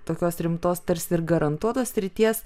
tokios rimtos tarsi ir garantuotas srities